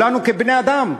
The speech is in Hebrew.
כולנו, כבני-אדם.